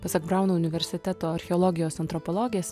pasak brauno universiteto archeologijos antropologės